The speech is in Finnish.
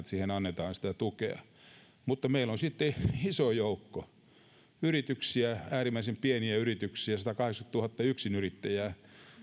siihen annetaan sitä tukea mutta meillä on sitten iso joukko äärimmäisen pieniä yrityksiä satakahdeksankymmentätuhatta yksinyrittäjää